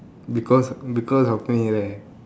because because of me right